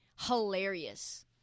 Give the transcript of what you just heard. hilarious